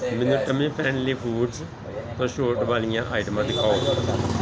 ਮੈਨੂੰ tummy friendly foods ਤੋਂ ਛੋਟ ਵਾਲੀਆਂ ਆਈਟਮਾਂ ਦਿਖਾਓ